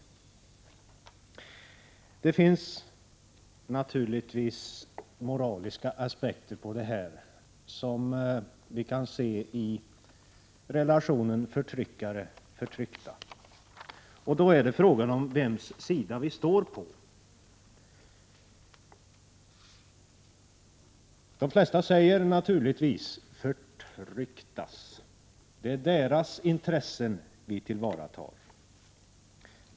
Det finns naturligtvis moraliska aspekter på detta som vi kan se i relationen förtryckare och förtryckta. Då är frågan vilkas sida vistår på. De flesta säger naturligtvis att de står på de förtrycktas sida. Det är 39 Prot. 1986/87:129 = derasintressen som vi tillvaratar.